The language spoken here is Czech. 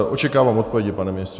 Očekávám odpovědi, pane ministře.